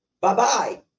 Bye-bye